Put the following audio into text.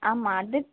ஆமாம் அது